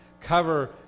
cover